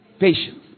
patience